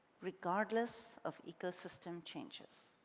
regardless of ecosystem changes.